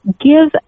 Give